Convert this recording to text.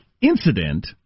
incident